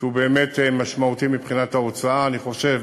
שהוא באמת משמעותי מבחינת ההוצאה, ואני חושב